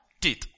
teeth